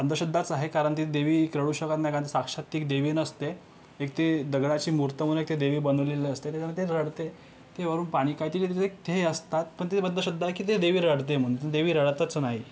अंधश्रद्धाच आहे कारण ते देवी रडू शकत नाही कारण साक्षात ती देवी नसते एक ते दगडाची मूर्ती म्हणून एक ती देवी बनवलेलं असते त्याच्यामुळं ते रडते ते वरून पाणी काहीतरी त्याचं एक हे असतात पण ते अंधश्रद्धा आहे की ते देवी रडते म्हणून पण देवी रडतच नाही